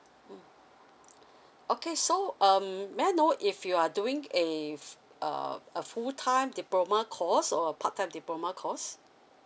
mm okay so um may I know if you are doing a uh a full time diploma course or a part time diploma course